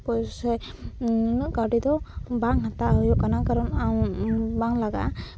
ᱯᱚᱭᱥᱟ ᱱᱩᱱᱟᱹᱜ ᱠᱟᱹᱣᱰᱤ ᱫᱚ ᱵᱟᱝ ᱦᱟᱛᱟᱣ ᱦᱩᱭᱩᱜ ᱠᱟᱱᱟ ᱠᱟᱨᱚᱱ ᱵᱟᱝ ᱞᱟᱜᱟᱜᱼᱟ